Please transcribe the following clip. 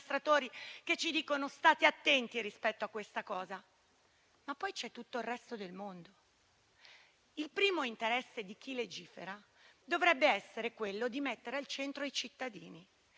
che ci avvertivano di stare attenti rispetto a questa questione, poi però vi è tutto il resto del mondo. Il primo interesse di chi legifera dovrebbe essere quello di mettere al centro i cittadini.